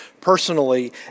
personally